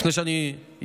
לפני שאני יורד,